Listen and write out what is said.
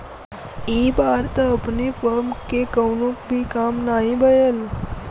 इ बार त अपनी फर्म के कवनो भी काम नाही भयल